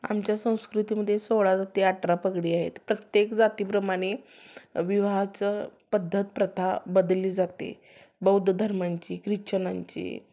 आमच्या संस्कृतीमध्ये सोळा ते अठरा पगडी आहेत प्रत्येक जातीप्रमाणे विवाहाचं पद्धत प्रथा बदलली जाते बौद्ध धर्मांची क्रिच्चनांची